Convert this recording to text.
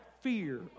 fear